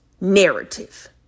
narrative